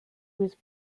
was